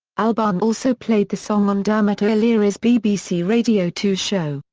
albarn also played the song on dermot o'leary's bbc radio two show,